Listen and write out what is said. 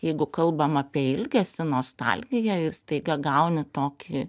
jeigu kalbame apie ilgesį nostalgiją ir staiga gaunu tokį